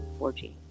4G